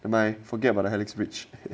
nevermind forget about the helix bridge